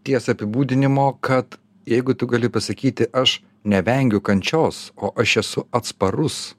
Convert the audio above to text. ties apibūdinimo kad jeigu tu gali pasakyti aš nevengiu kančios o aš esu atsparus